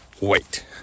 wait